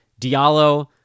Diallo